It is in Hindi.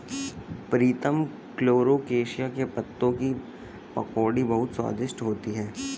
प्रीतम कोलोकेशिया के पत्तों की पकौड़ी बहुत स्वादिष्ट होती है